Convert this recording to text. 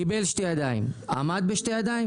קיבל שתי ידיים עמד בשתי ידיים?